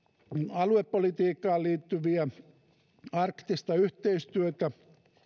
aluepolitiikkaan liittyviä kohtia ja arktista yhteistyötä